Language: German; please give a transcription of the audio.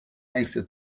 ängste